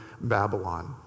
Babylon